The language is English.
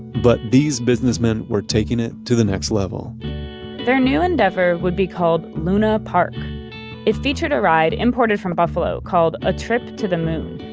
but these businessmen were taking it to the next level their new endeavor would be called luna park it featured a ride imported from buffalo called a trip to the moon,